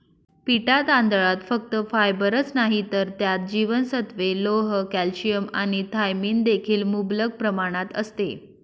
पिटा तांदळात फक्त फायबरच नाही तर त्यात जीवनसत्त्वे, लोह, कॅल्शियम आणि थायमिन देखील मुबलक प्रमाणात असते